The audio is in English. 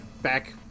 back